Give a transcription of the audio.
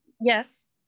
yes